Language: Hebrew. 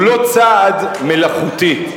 הוא לא צעד מלאכותי,